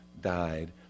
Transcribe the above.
died